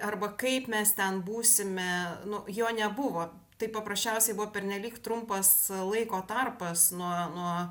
arba kaip mes ten būsime nu jo nebuvo tai paprasčiausiai buvo pernelyg trumpas laiko tarpas nuo nuo